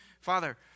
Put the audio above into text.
Father